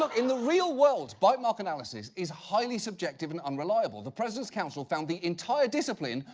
so in the real world, bite mark analysis is highly subjective and unreliable. the president's council found the entire discipline,